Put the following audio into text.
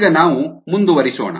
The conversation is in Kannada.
ಈಗ ನಾವು ಮುಂದುವರಿಸೋಣ